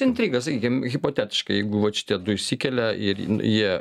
intriga sakykim hipotetiškai jeigu vat šitie du išsikelia ir jie